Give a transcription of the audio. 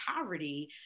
poverty